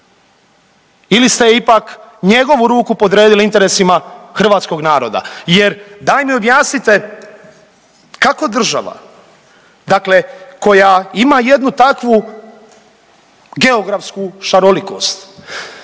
ili ste ipak njegovu ruku podredili interesima hrvatskog naroda. Jer daj mi objasnite kako država, dakle koja ima jednu takvu geografsku šarolikost